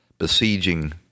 besieging